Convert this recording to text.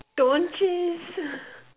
don't chase